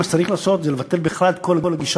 מה שצריך לעשות זה לבטל בכלל את כל הגישה